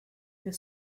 the